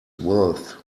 worth